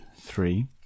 three